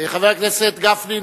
חבר הכנסת גפני,